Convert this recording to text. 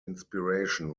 inspiration